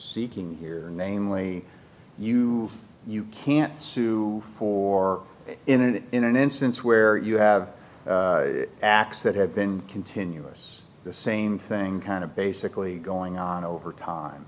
seeking here namely you you can't sue for in and in an instance where you have acts that have been continuous the same thing kind of basically going on over time